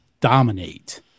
dominate